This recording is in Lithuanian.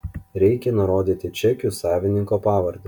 reikia nurodyti čekių savininko pavardę